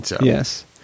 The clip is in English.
yes